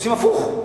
עושים הפוך.